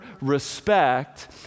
respect